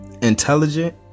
intelligent